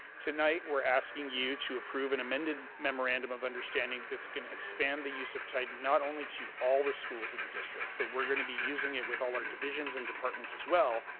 tonight we're asking you to approve an amended memorandum of understanding that's gonna expand the use of titan not only to all the schools in the district, but we're gonna be using it with all our divisions and departments, as well,